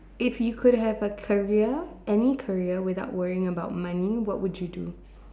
if you could have a career any career without worrying about money what would you do